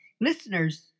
listeners